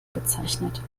bezeichnet